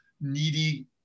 needy